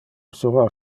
soror